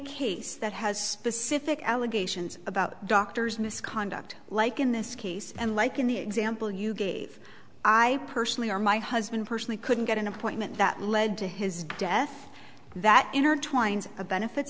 case that has specific allegations about doctors misconduct like in this case and like in the example you gave i personally or my husband personally couldn't get an appointment that led to his death that intertwines a benefits